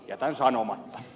jätän sanomatta